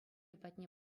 патне